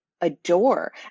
adore